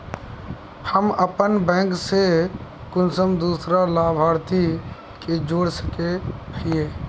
हम अपन बैंक से कुंसम दूसरा लाभारती के जोड़ सके हिय?